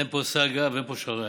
אין פה סאגה ואין שערורייה.